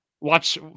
Watch